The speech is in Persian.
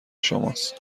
شماست